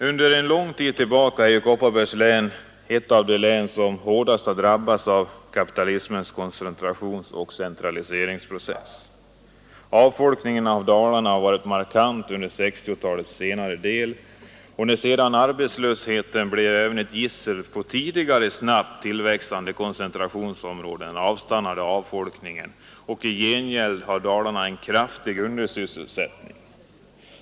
Sedan lång tid tillbaka är Kopparbergs län ett av de län som hårdast har drabbats av kapitalismens koncentrationsoch centraliseringsprocess. Avfolkningen av Dalarna var markant under 1960-talets senare del. När sedan även arbetslösheten blev ett gissel i tidigare snabbt tillväxande koncentrationsområden här i landet avstannade avfolkningen och i gengäld har Dalarna en kraftig undersysselsättning.